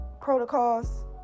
protocols